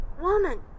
Woman